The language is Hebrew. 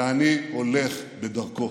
ואני הולך בדרכו.